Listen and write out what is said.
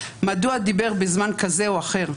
מדוע דיבר בזמן כזה או אחר.